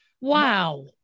wow